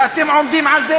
ואתם עומדים על זה,